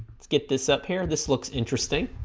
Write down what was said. let's get this up here this looks interesting